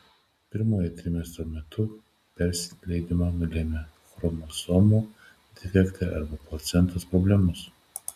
pirmojo trimestro metu persileidimą nulemia chromosomų defektai arba placentos problemos